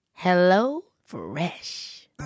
HelloFresh